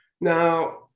now